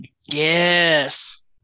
Yes